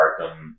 Arkham